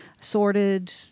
sorted